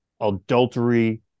adultery